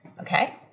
Okay